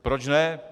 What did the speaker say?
Proč ne?